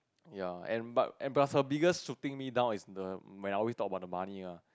ya and but plus her biggest shooting me down is the when I always talk about the money ah